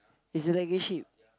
is a like a ship